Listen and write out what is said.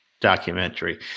documentary